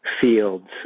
fields